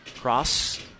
Cross